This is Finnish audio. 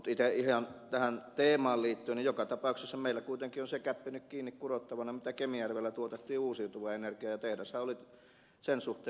mutta ihan tähän teemaan liittyen joka tapauksessa meillä kuitenkin on se gäppi nyt kiinni kurottavana mitä kemijärvellä tuotettiin uusiutuvaa energiaa ja tehdashan oli sen suhteen omavarainen